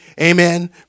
amen